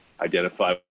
identify